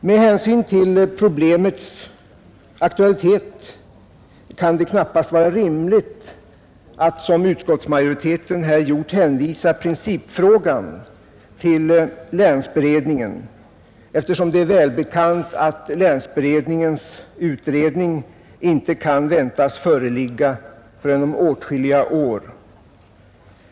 Med hänsyn till problemets aktualitet kan det knappast vara rimligt att, som utskottsmajoriteten här gjort, hänvisa principfrågan till länsberedningen, eftersom det är välbekant att länsberedningens utredning inte kan väntas föreligga förrän om åtskilliga år.